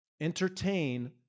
entertain